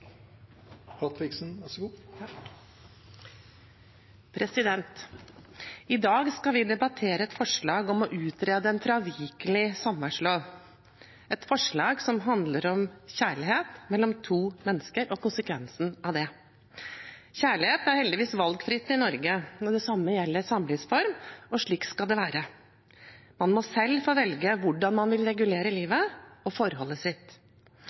I dag skal vi debattere et forslag om å utrede en fravikelig samboerlov, et forslag som handler om kjærlighet mellom to mennesker og konsekvensen av det. Kjærlighet er heldigvis valgfritt i Norge, og det samme gjelder samlivsform, og slik skal det være. Man må selv få velge hvordan man vil regulere livet og forholdet sitt.